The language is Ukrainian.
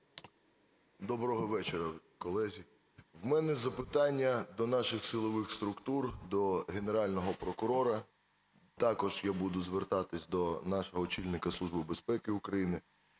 Доброго вечора, колеги! У мене запитання до наших силових структур, до Генерального прокурора. Також я буду звертатися до нашого очільника Служби безпеки України.